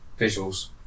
visuals